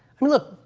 i mean, look,